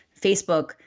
Facebook